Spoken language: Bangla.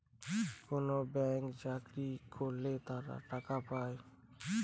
কোনো ব্যাঙ্কে চাকরি করলে তারা টাকা পায়